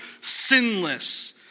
sinless